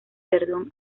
perdón